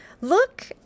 look